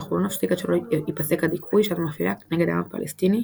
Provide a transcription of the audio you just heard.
אנחנו לא נפסיק עד שלא ייפסק הדיכוי שאת מפעילה נגד העם הפלסטיני,